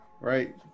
Right